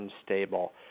unstable